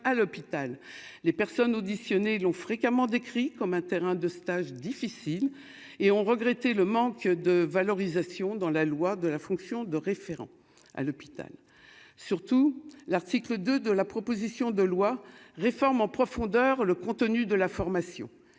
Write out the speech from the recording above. les personnes auditionnées ont fréquemment décrit comme un terrain de stage difficile et ont regretté le manque de valorisation dans la loi de la fonction de référent à l'hôpital, surtout l'article 2 de la proposition de loi réforme en profondeur le contenu de la formation,